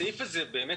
בסעיף הזה יש